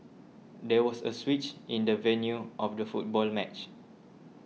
there was a switch in the venue of the football match